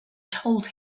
told